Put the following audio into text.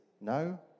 no